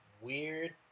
weird